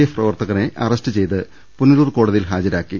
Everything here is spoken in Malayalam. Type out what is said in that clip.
എഫ് പ്രവർത്തകനെ അറസ്റ്റ് ചെയ്ത് പുനലൂർ കോടതിയിൽ ഹാജരാക്കി